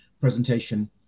presentation